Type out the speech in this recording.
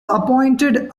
appointed